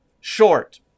short